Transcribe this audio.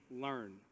learn